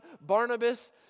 Barnabas